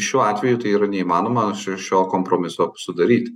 šiuo atveju tai yra neįmanoma šio šio kompromiso sudaryti